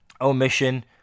omission